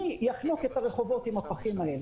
מי יחנוק את הרחובות עם הפחים האלה?